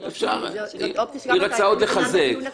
זאת אופציה --- נכסה את זה.